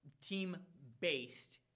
team-based